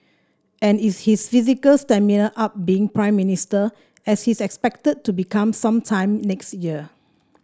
and is his physical stamina up being Prime Minister as he is expected to become some time next year